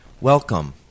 Welcome